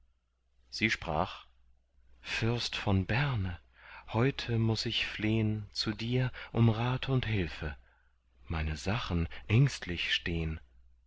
sie sprach fürst von berne heute muß ich flehn zu dir um rat und hilfe meine sachen ängstlich stehn